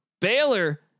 Baylor